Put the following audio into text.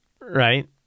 right